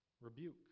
Rebuke